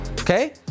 okay